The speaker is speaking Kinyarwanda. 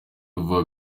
vuba